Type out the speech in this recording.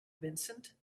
vincent